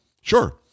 Sure